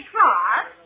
Cross